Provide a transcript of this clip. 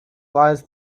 lies